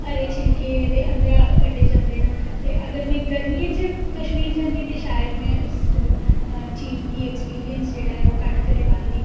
हरे छिलके दे अंदरा कड्डे जंदे न ते अगर में गर्मियें च कश्मीर जंदी ते शायद में उ'स अ चीज़ गी एक्सपीरियेंस जेह्ड़ा ऐ ओह् घट्ट करी पांदी